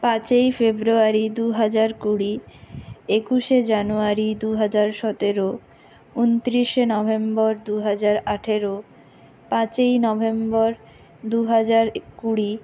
পাঁচই ফেব্রুয়ারি দুহাজার কুড়ি একুশে জানুয়ারি দুহাজার সতেরো উনত্রিশে নভেম্বর দুহাজার আঠেরো পাঁচই নভেম্বর দুহাজার কুড়ি